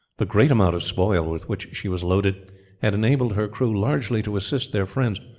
the great amount of spoil with which she was loaded had enabled her crew largely to assist their friends,